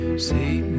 See